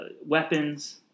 weapons